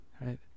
right